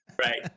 right